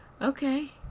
okay